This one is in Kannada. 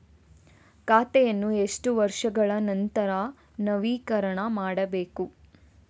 ಖಾತೆಯನ್ನು ಎಷ್ಟು ವರ್ಷಗಳ ನಂತರ ನವೀಕರಣ ಮಾಡಬೇಕು?